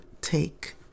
take